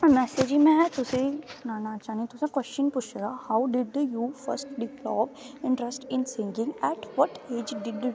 हुन में जी तुसें गी सनाना चाह्नी तुसें कव्शन पुच्छे दा how did you first in singing at but is did